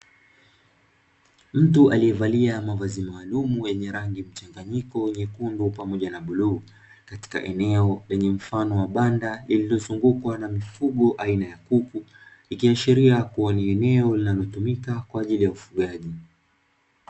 Mtu aliyevalia mavazi maalumu yenye rangi mchanganyiko nyekundu pamoja na bluu, katika eneo lenye mfano wa banda lililozungukwa na mifugo aina ya kuku, ikiashiria kuwa ni eneo linalotumika kwa ajili ya ufugaji.